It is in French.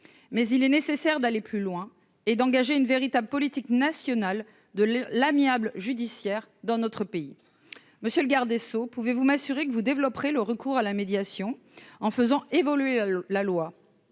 mais il est nécessaire d'aller plus loin et d'engager une véritable politique nationale de l'amiable judiciaire dans notre pays, monsieur le garde des sceaux, pouvez-vous m'assurer que vous développerait le recours à la médiation en faisant évoluer la loi